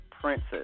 princess